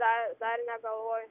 dar dar negalvoju